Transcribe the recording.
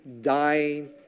dying